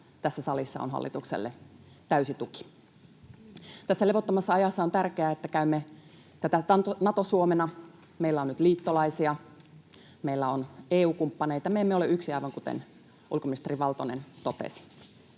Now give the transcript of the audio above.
tässä salissa on hallitukselle täysi tuki. Tässä levottomassa ajassa on tärkeää, että käymme tätä Nato-Suomena. Meillä on nyt liittolaisia, meillä on EU-kumppaneita — me emme ole yksin, aivan kuten ulkoministeri Valtonen totesi.